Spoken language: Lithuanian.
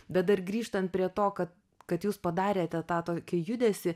bet dar grįžtant prie to kad kad jūs padarėte tą tokį judesį